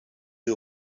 ihr